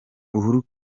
uhuru